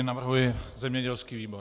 Navrhuji zemědělský výbor.